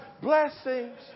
Blessings